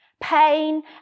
Pain